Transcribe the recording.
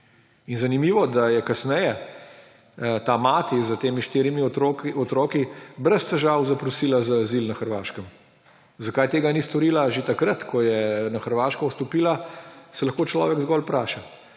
In zanimivo, da je kasneje ta mati s temi štirimi otroki brez težav zaprosila za azil na Hrvaškem. Zakaj tega ni storila že takrat, ko je na Hrvaško vstopila, se lahko človek zgolj vpraša.